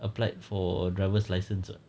applied for driver's licence [what]